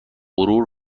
غرور